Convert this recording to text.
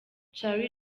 charly